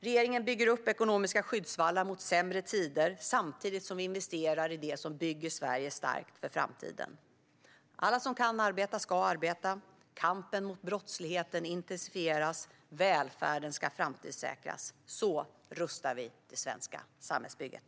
Regeringen bygger upp ekonomiska skyddsvallar mot sämre tider samtidigt som den investerar i det som bygger Sverige starkt för framtiden. Alla som kan arbeta ska arbeta. Kampen mot brottsligheten ska intensifieras. Välfärden ska framtidssäkras. Så här rustar vi det svenska samhällsbygget.